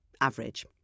average